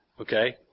Okay